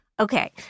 Okay